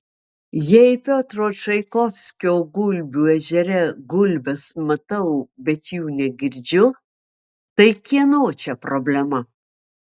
jei piotro čaikovskio gulbių ežere gulbes matau bet jų negirdžiu tai kieno čia problema